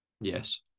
Yes